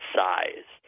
size